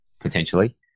potentially